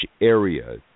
area